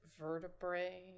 vertebrae